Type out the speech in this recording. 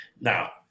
Now